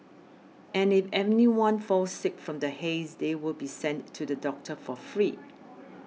and if anyone falls sick from the haze they will be sent to the doctor for free